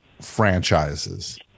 franchises